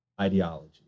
ideology